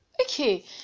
okay